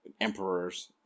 emperors